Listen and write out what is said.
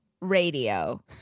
radio